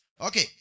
Okay